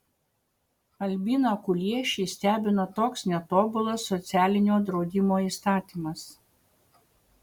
albiną kuliešį stebina toks netobulas socialinio draudimo įstatymas